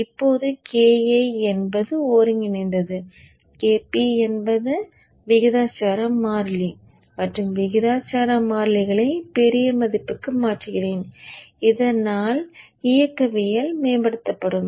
இப்போது Ki என்பது ஒருங்கிணைந்தது Kp என்பது விகிதாசார மாறிலி மற்றும் விகிதாசார மாறிலிகளை பெரிய மதிப்புக்கு மாற்றுகிறேன் இதனால் இயக்கவியல் மேம்படுத்தப்படும்